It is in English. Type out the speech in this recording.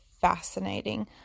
fascinating